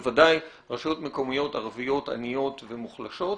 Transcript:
בוודאי רשויות מקומיות ערביות עניות ומוחלשות,